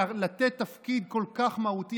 לתת תפקיד כל כך מהותי,